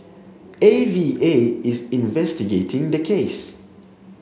A V A is investigating the case